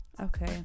Okay